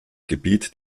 gebiet